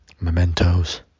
mementos